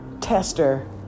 tester